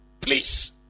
Please